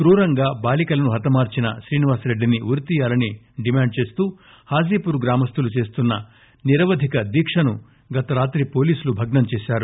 క్రూరంగా బాలికలను హతమార్సిన శ్రీనివాసరెడ్డిని ఉరి తీయాలని డిమాండ్ చేస్తూ పాజీపూర్ గ్రామస్తులు చేస్తున్న నిరవధిక దీఓను గత రాత్రి పోలీసులు భగ్పం చేశారు